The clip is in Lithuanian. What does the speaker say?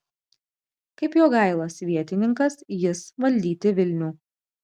kaip jogailos vietininkas jis valdyti vilnių